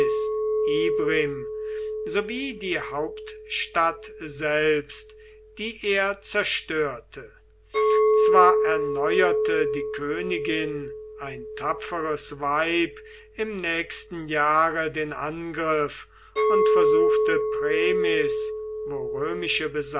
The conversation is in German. wie die hauptstadt selbst die er zerstörte zwar erneuerte die königin ein tapferes weib im nächsten jahre den angriff und versuchte premis